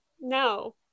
no